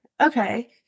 Okay